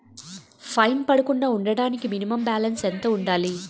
Fine పడకుండా ఉండటానికి minimum balance ఎంత ఉండాలి?